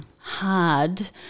Hard